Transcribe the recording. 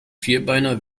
vierbeiner